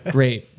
Great